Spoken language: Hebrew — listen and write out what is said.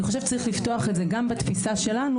אני חושבת שצריך לפתוח את זה - גם בתפיסה שלנו